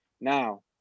now